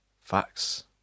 facts